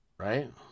Right